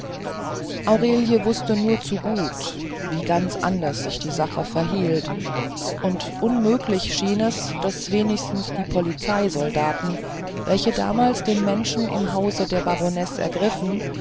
aurelie wußte nur zu gut wie ganz anders sich die sache verhielt und unmöglich schien es daß wenigstens die polizeisoldaten welche damals den menschen im hause der baronesse ergriffen